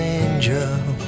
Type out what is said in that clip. angel